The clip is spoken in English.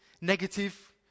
negative